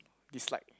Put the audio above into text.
dislike